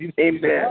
Amen